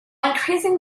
increasing